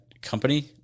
company